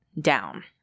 down